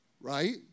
right